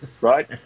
right